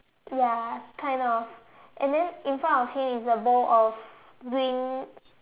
ya kind of and then in front of him is a bowl of green